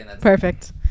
perfect